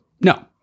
No